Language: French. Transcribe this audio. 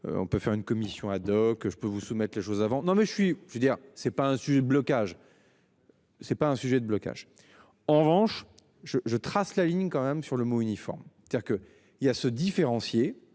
On peut faire une commission ad hoc. Je peux vous soumettre les choses avant. Non mais je suis, je veux dire c'est pas un sujet blocage. C'est pas un sujet de blocage. En revanche je je trace la ligne quand même sur le mot uniforme. C'est-à-dire que il y a se différencier